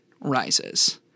rises